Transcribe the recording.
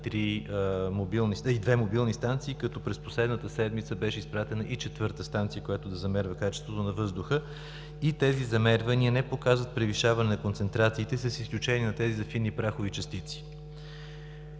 и две мобилни станции, като през последната седмица беше изпратена и четвърта станция, която да замерва качеството на въздуха. Тези замервания не показват превишаване на концентрациите с изключение на фини прахови частици.